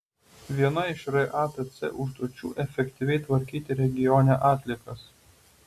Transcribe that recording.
viena iš ratc užduočių efektyviai tvarkyti regione atliekas